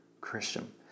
Christian